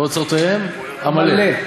"אמלא".